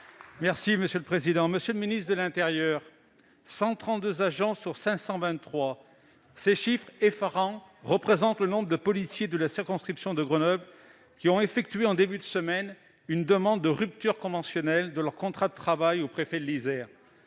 Les Républicains. Monsieur le ministre de l'intérieur, 132 agents sur 523 : ce chiffre effarant correspond au nombre de policiers de la circonscription de Grenoble qui ont adressé en début de semaine une demande de rupture conventionnelle de leur contrat de travail au préfet de l'Isère-